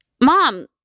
Mom